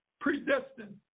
predestined